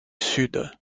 sud